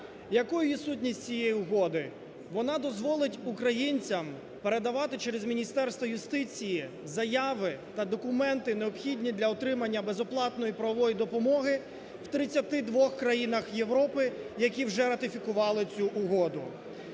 Якою є сутність цієї угоди? Вона дозволить українцям передавати через Міністерство юстиції заяви та документи, необхідні для отримання безоплатної правової допомоги в 32 країнах Європи, які вже ратифікували цю угоду.